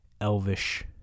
elvish